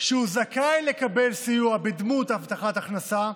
שהוא זכאי לקבל סיוע בדמות הבטחה הכנסה,